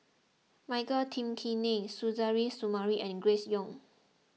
Michael Tan Kim Nei Suzairhe Sumari and Grace Young